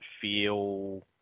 feel